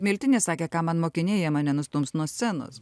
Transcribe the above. miltinis sakė kam man mokiniai jie mane nustums nuo scenos